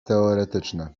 teoretyczne